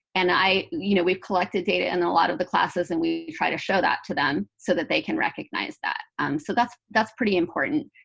and you know we've collected data in a lot of the classes and we try to show that to them, so that they can recognize that. um so that's that's pretty important.